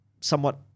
somewhat